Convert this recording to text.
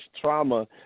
trauma